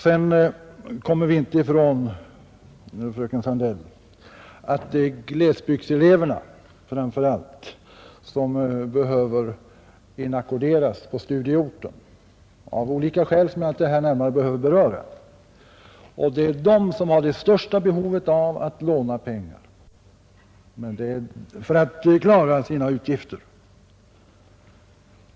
Vi kommer inte ifrån, fröken Sandell, att framför allt elever från glesbygden som behöver inackorderas på studieorten av olika skäl som jag nu inte skall gå in på har det största behovet av att låna pengar för att klara sina utgifter.